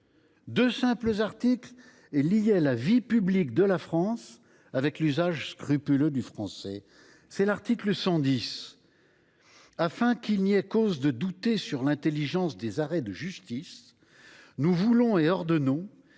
deux simples articles liaient la vie publique de la France avec l’usage scrupuleux du français. L’article 110 prévoyait :« Et afin qu’il n’y ait cause de douter sur l’intelligence [des arrêts de justice], nous voulons et ordonnons